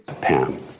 Pam